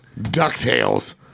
DuckTales